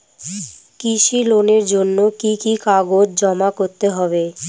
কৃষি লোনের জন্য কি কি কাগজ জমা করতে হবে?